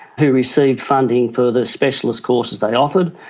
who received funding for the specialist courses they offered.